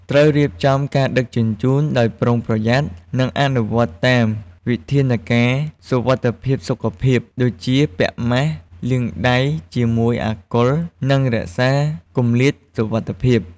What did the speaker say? ត្រូវរៀបចំការដឹកជញ្ជូនដោយប្រុងប្រយ័ត្ន និងអនុវត្តតាម វិធានការសុវត្ថិភាពសុខភាព ដូចជា ពាក់ម៉ាស់ លាងដៃជាមួយអាល់កុល និងរក្សាគម្លាតសុវត្ថិភាព។